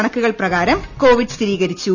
കണക്കുകൾ പ്രകാരം കോവിഡ് സ്ഥിരീകരിച്ചു